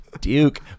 Duke